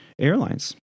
Airlines